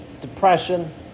depression